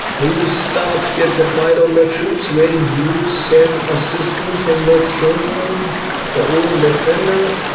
who's that gets his light on the troops when you send assistance on the throne the whole defender.